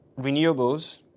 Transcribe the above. renewables